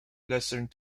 lessons